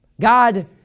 God